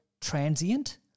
transient